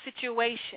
situation